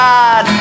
God